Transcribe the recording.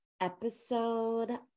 episode